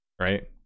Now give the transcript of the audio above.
right